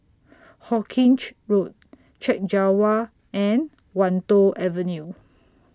Hawkinge Road Chek Jawa and Wan Tho Avenue